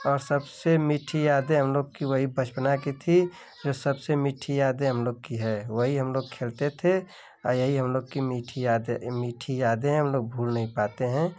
और सबसे मीठी यादें हम लोग कि वही बचपना कि थी जो सबसे मीठी यादें हम लोग की है वही हम लोग खेलते थे आ यही हम लोग कि मीठी यादें मीठी यादें हम लोग भूल नहीं पाते हैं